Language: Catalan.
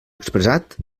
expressat